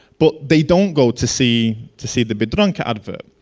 but they don't go to see to see the biedronka advert.